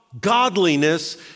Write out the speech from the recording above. godliness